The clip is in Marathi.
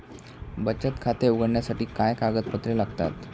बचत खाते उघडण्यासाठी काय कागदपत्रे लागतात?